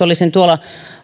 olisin tuolla